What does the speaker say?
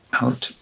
out